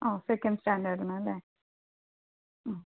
ഓ second സ്റ്റാൻഡേർഡിന് അല്ലേ മ്